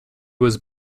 was